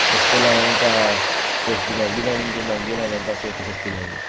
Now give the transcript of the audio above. सस्ते लैने न तां सेफ्टी मैंह्गी लैनी जे मैंह्गी लैने न तां सेफ्टी सस्ती लैनी